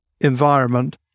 environment